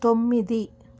తొమ్మిది